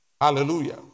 Hallelujah